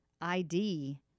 ID